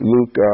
Luke